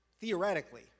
theoretically